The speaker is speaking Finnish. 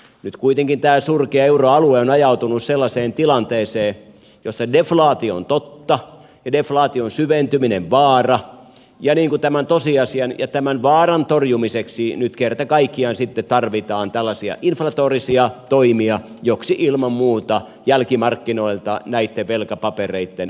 nyt kuitenkin tämä surkea euroalue on ajautunut sellaiseen tilanteeseen jossa deflaatio on totta ja deflaation syventyminen vaara ja tämän tosiasian ja tämän vaaran torjumiseksi nyt kerta kaikkiaan sitten tarvitaan tällaisia inflatorisia toimia joihin ilman muuta jälkimarkkinoilta näitten velkapapereitten ostaminen kuuluu